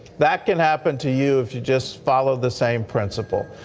that can happen to you if you just follow the same principle.